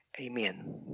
amen